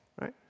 right